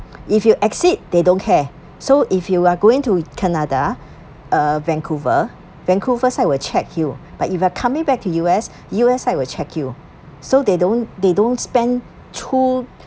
if you exit they don't care so if you are going to canada uh vancouver vancouver side will check you but if you are coming back to U_S U_S side will check you so they don't they don't spend two